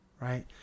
right